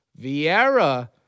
Vieira